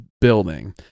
building